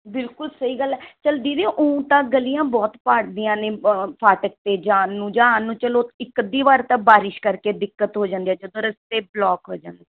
ਬਿਲਕੁਲ ਸਹੀ ਗੱਲ ਹੈ ਚੱਲ ਦੀਦੀ ਊਂ ਤਾਂ ਗਲੀਆਂ ਬਹੁਤ ਭਰਦੀਆਂ ਨੇ ਫਾਟਕ 'ਤੇ ਜਾਣ ਨੂੰ ਜਾ ਆਉਣ ਨੂੰ ਚਲੋ ਇੱਕ ਅੱਧੀ ਵਾਰ ਤਾਂ ਬਾਰਿਸ਼ ਕਰਕੇ ਦਿੱਕਤ ਹੋ ਜਾਂਦੀ ਹੈ ਜਦੋਂ ਰਸਤੇ ਬਲੋਕ ਹੋ ਜਾਂਦੇ